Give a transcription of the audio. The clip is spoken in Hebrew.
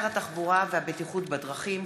הודעת שר התחבורה והבטיחות בדרכים,